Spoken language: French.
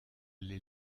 les